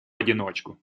одиночку